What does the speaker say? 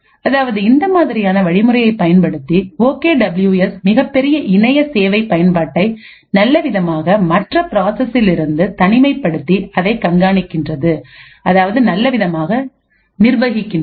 அதாவது இந்த மாதிரியான வழிமுறையை பயன்படுத்தி ஓகே டபிள்யூ எஸ் மிகப்பெரிய இணைய சேவை பயன்பாட்டை நல்லவிதமாக மற்ற பிராசசிலிருந்து தனிமைப்படுத்தி அதை கண்காணிக்கிறது அதாவது நல்லவிதமாக நிர்வகிக்கிறது